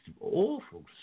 awful